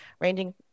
ranging